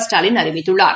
ஸ்டாலின் அறிவித்துள்ளார்